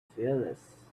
fearless